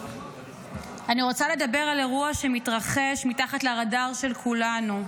אני רוצה לדבר על אירוע שמתרחש מתחת לרדאר של כולנו.